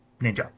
ninja